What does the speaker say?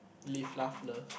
live laugh love